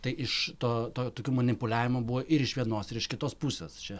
tai iš to tokių manipuliavimų buvo ir iš vienos ir iš kitos pusės čia